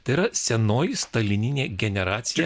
tai yra senoji stalininė generacija